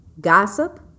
gossip